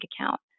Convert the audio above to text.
account